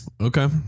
okay